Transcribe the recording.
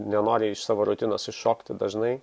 nenori iš savo rutinos iššokti dažnai